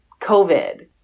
COVID